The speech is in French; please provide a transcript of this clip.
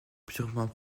purement